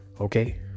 Okay